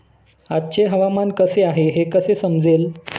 आजचे हवामान कसे आहे हे कसे समजेल?